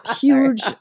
huge